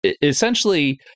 Essentially